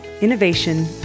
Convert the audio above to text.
innovation